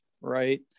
right